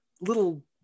little